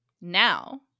Now